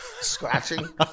scratching